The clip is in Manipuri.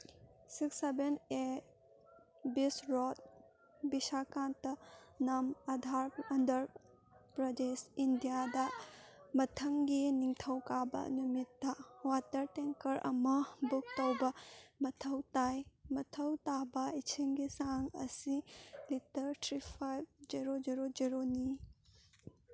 ꯁꯤꯛꯁ ꯁꯕꯦꯟ ꯑꯩꯠ ꯕꯤꯁꯔꯣꯠ ꯕꯤꯁꯥꯀꯥꯟꯇꯅꯝ ꯑꯟꯗꯔ ꯄ꯭ꯔꯗꯦꯁ ꯏꯟꯗꯤꯌꯥꯗ ꯃꯊꯪꯒꯤ ꯅꯤꯡꯊꯧꯀꯥꯕ ꯅꯨꯃꯤꯠꯇ ꯋꯥꯇꯔ ꯇꯦꯡꯀꯔ ꯑꯃ ꯕꯨꯛ ꯇꯧꯕ ꯃꯊꯧ ꯇꯥꯏ ꯃꯊꯧ ꯇꯥꯕ ꯏꯁꯤꯡꯒꯤ ꯆꯥꯡ ꯑꯁꯤ litre three five zero zero ꯖꯦꯔꯣꯅꯤ